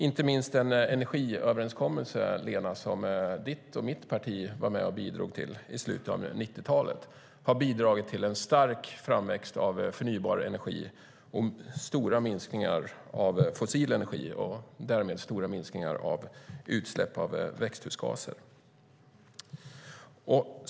Inte minst den energiöverenskommelse som ditt parti, Lena, och mitt parti var med och bidrog till i slutet av 1990-talet har bidragit till en stark framväxt av förnybar energi och stora minskningar av fossil energi och därmed stora minskningar av utsläpp av växthusgaser.